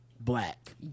black